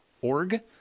org